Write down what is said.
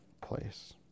place